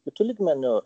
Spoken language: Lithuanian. kitu lygmeniu